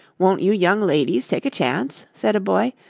won't you young ladies take a chance? said a boy,